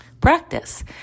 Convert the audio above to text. practice